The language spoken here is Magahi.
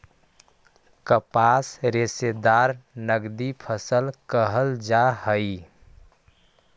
कपास रेशादार नगदी फसल कहल जा हई